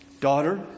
Daughter